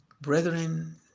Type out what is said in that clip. Brethren